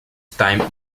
time